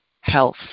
health